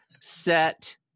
set